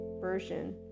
version